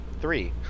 Three